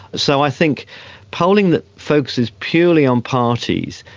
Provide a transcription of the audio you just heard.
so i think polling that focuses purely on parties,